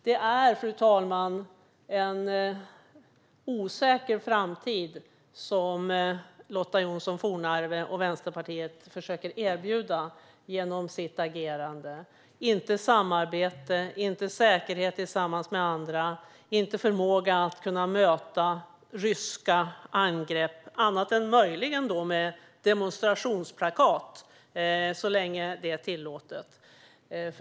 Det är, fru talman, en osäker framtid som Lotta Johnsson Fornarve och Vänsterpartiet försöker erbjuda genom sitt agerande. Det handlar inte om samarbete och säkerhet tillsammans med andra, och det handlar inte om förmåga att kunna möta ryska angrepp annat än möjligen då med demonstrationsplakat så länge det är tillåtet.